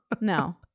no